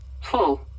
full